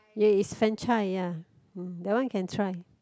yeah is franchise ya that one can try